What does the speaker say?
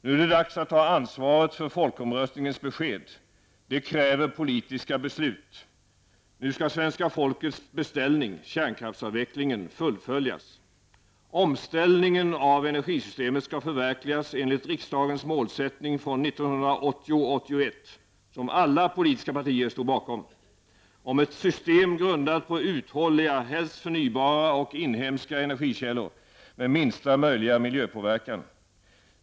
Nu är det dags att ta ansvaret för folkomröstningens besked. Det kräver politiska beslut. Nu skall svenska folkets beställning -- kärnkraftsavvecklingen -- fullföljas. Omställningen av energisystemet skall förverkligas enligt riksdagens målsättning från 1980/81 -- som alla politiska partier står bakom -- om ett ''system grundat på uthålliga, helst förnybara och inhemska energikällor med minsta möjliga miljöpåverkan''.